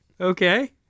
Okay